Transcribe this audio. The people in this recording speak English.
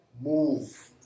Move